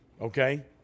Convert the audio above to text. okay